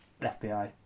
FBI